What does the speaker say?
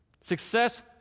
Success